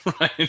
right